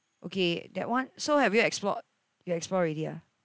okay that one so have you explored you explore already ah